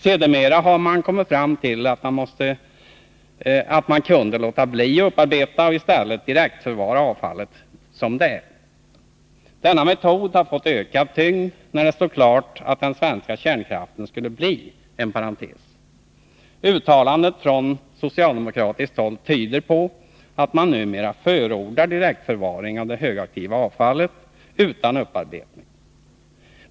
Sedermera har man kommit fram till att man kunde låta bli att upparbeta och i stället direktförvara avfallet som det är. Denna metod har fått ökad tyngd sedan det stod klart att den svenska kärnkraften skulle bli en parentes. Uttalanden från socialdemokratiskt håll tyder på att man numera förordar direktförvaring av det högaktiva avfallet utan upparbetning.